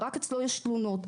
ורק אצלו יש תלונות.